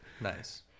Nice